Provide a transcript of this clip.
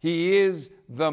he is the